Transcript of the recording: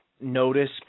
notice